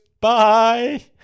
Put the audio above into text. bye